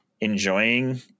enjoying